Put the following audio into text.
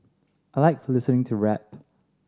I like listening to rap